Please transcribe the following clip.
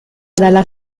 dalla